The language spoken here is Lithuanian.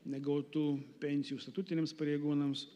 negautų pensijų statutiniams pareigūnams